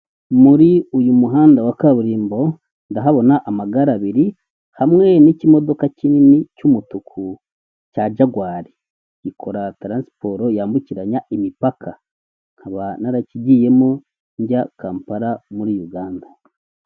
Muri uyu muhanda wa kaburimbo ndahabona amagare abiri, hamwe n'ikimodoka kinini cy'umutuku cya jagwari ikora taransiporo yambukiranya imipaka nkaba narakigiyemo njya Kampala muri Uganda.